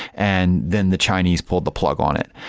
and then the chinese pulled the plug on it.